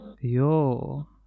yo